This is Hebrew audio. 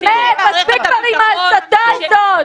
באמת, תפסיק עם ההסתה הזאת.